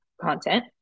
content